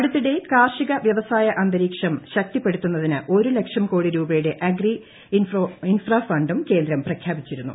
അടുത്തിടെ കാർഷിക വ്യവസായ അന്തരീക്ഷം ശക്തിപ്പെടുത്തുന്നതിന് ഒരു ലക്ഷം കോടി രൂപയുടെ അഗ്രി ഇൻഫ്രാ ഫണ്ടും കേന്ദ്രം പ്രഖ്യാപിച്ചിരുന്നു